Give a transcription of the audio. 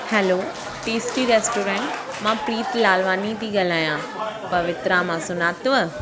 hello tasty restaurant मां प्रीत लालवानी थी ॻाल्हायां पवित्रा मां सुञातव